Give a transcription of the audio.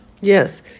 Yes